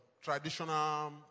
traditional